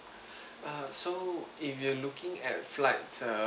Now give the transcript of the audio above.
ah so if you're looking at flights err